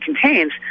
contains